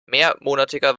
mehrmonatiger